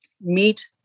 meet